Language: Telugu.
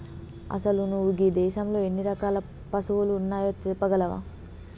అసలు నువు గీ దేసంలో ఎన్ని రకాల పసువులు ఉన్నాయో సెప్పగలవా